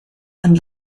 and